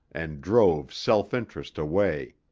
and drove self-interest away.